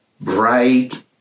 bright